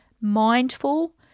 mindful